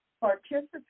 participate